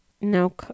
No